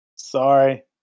Sorry